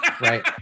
right